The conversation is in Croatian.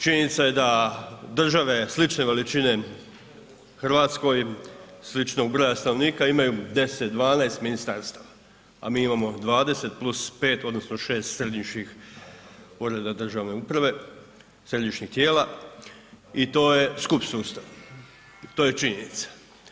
Činjenica je da države slične veličine RH, sličnog broja stanovnika, imaju 10, 12 ministarstava, a mi imamo 20 + 5 odnosno 6 središnjih ureda državne uprave, središnjih tijela i to je skup sustav, to je činjenica.